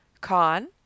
Con